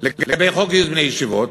לגבי חוק גיוס בני ישיבות,